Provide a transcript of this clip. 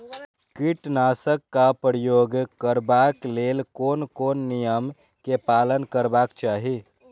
कीटनाशक क प्रयोग करबाक लेल कोन कोन नियम के पालन करबाक चाही?